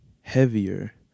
heavier